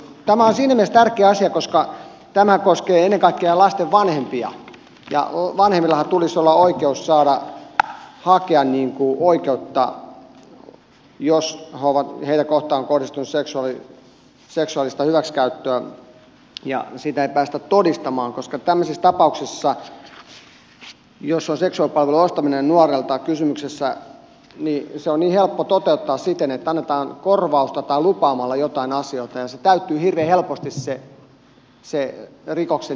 tämä on siinä mielessä tärkeä asia että tämä koskee ennen kaikkea lasten vanhempia ja vanhemmillahan tulisi olla oikeus saada hakea oikeutta jos lapsia kohtaan on kohdistunut seksuaalista hyväksikäyttöä ja siitä ei päästä todistamaan koska tämmöisessä tapauksessa jossa on seksuaalipalvelun ostaminen nuorelta kysymyksessä se on niin helppo toteuttaa siten että annetaan korvausta tai lupaamalla jotain asioita ja se täyttyy hirveän helposti se rikoksen nimike siinä